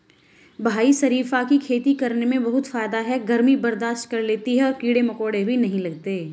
भाई शरीफा की खेती करने में बहुत फायदा है गर्मी बर्दाश्त कर लेती है और कीड़े मकोड़े भी नहीं लगते